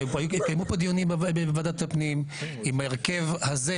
התקיימו פה דיונים בוועדת הפנים עם ההרכב הזה,